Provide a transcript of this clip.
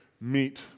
meet